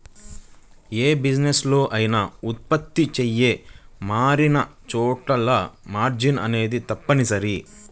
యే బిజినెస్ లో అయినా ఉత్పత్తులు చెయ్యి మారినచోటల్లా మార్జిన్ అనేది తప్పనిసరి